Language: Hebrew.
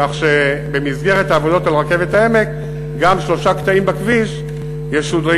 כך שבמסגרת העבודות על רכבת העמק גם שלושה קטעים בכביש ישודרגו,